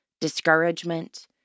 discouragement